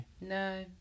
No